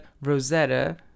Rosetta